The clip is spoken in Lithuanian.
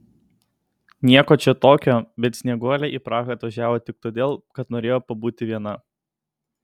nieko čia tokio bet snieguolė į prahą atvažiavo tik todėl kad norėjo pabūti viena